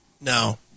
No